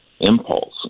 impulse